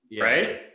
right